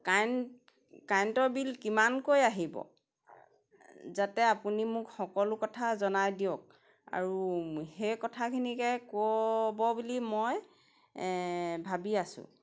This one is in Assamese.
কাৰেণ্ট কাৰেণ্টৰ বিল কিমানকৈ আহিব যাতে আপুনি মোক সকলো কথা জনাই দিয়ক আৰু সেই কথাখিনিকে ক'ব বুলি মই ভাবি আছোঁ